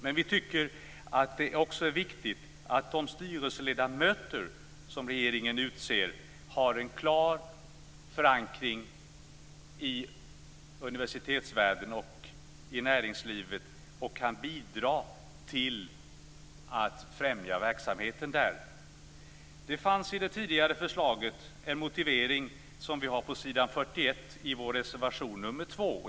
Men vi tycker att det är viktigt att de styrelseledamöter som regeringen utser har en klar förankring i universitetsvärlden och i näringslivet och kan bidra till att främja verksamheten där. I det tidigare förslaget fanns en motivering som står på s. 41 i vår reservation 2.